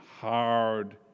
hard